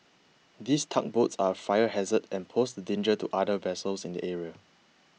these tugboats are a fire hazard and pose a danger to other vessels in the area